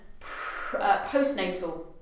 postnatal